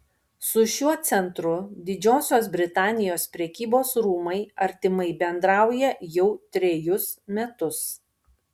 su šiuo centru didžiosios britanijos prekybos rūmai artimai bendrauja jau trejus metus